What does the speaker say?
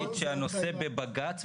בפנימיות.